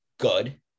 good